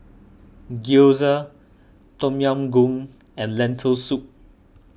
Gyoza Tom Yam Goong and Lentil Soup